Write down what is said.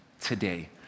today